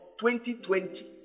2020